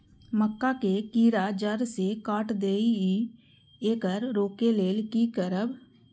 मक्का के कीरा जड़ से काट देय ईय येकर रोके लेल की करब?